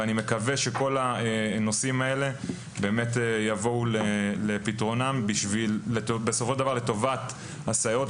ואני מקווה שכל הנושאים האלה יבואו על פתרונם לטובת הסייעות,